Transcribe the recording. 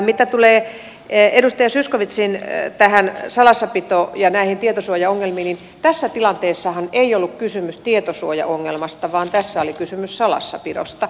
mitä tulee edustaja zyskowiczin esille ottamiin salassapito ja tietosuojaongelmiin niin tässä tilanteessahan ei ollut kysymys tietosuojaongelmasta vaan tässä oli kysymys salassapidosta